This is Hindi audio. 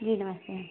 जी नमस्ते